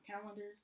calendars